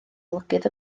olygydd